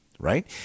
right